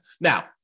Now